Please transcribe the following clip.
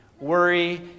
worry